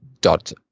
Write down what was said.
dot